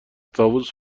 طاووس